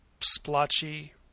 splotchy